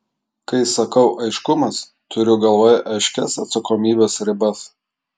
kai sakau aiškumas turiu galvoje aiškias atsakomybės ribas